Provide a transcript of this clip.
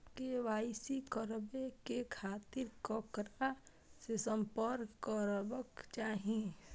KYC कराबे के खातिर ककरा से संपर्क करबाक चाही?